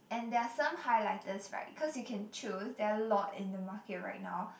and there are some highlighters right cause you can choose there're a lot in the market now